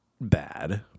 bad